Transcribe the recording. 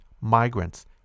migrants